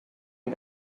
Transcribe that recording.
and